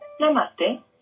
Namaste